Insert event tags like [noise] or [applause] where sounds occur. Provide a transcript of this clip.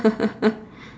[laughs]